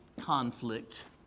conflict